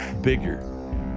bigger